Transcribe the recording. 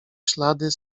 ślady